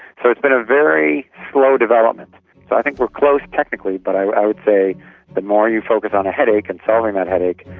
so it's been a very slow development. so i think we're close technically, but i would say the more you focus on a headache and solving that headache,